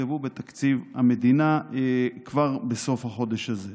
שתוקצבו בתקציב המדינה, כבר בסוף החודש הזה.